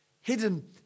Hidden